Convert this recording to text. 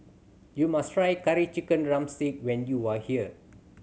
you must try Curry Chicken drumstick when you are here